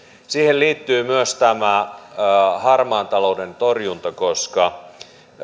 siihen liittyy myös tämä harmaan talouden torjunta koska